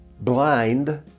blind